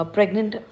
Pregnant